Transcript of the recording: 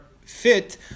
Fit